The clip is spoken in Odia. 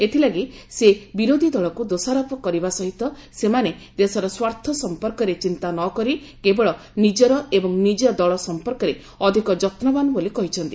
ଏଥିଲାଗି ସେ ବିରୋଧୀ ଦଳକୁ ଦୋଷାରୋପ କରିବା ସହିତ ସେମାନେ ଦେଶର ସ୍ୱାର୍ଥ ସମ୍ପର୍କରେ ଚିନ୍ତା ନ କରି କେବଳ ନିଜର ଏବଂ ନିଜ ଦଳ ସମ୍ପର୍କରେ ଅଧିକ ଯତ୍ନବାନ ବୋଲି କହିଛନ୍ତି